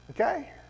Okay